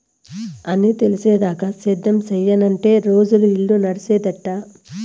అన్నీ తెలిసేదాకా సేద్యం సెయ్యనంటే రోజులు, ఇల్లు నడిసేదెట్టా